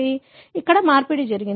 కాబట్టి మార్పిడి జరిగింది